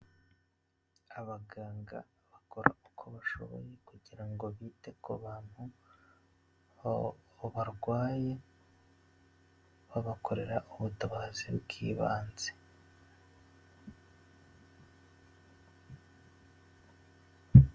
Abaganga bakora uko bashoboye kugira ngo bite ku bantu barwaye, babakorera ubutabazi bw'ibanze.